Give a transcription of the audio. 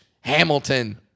Hamilton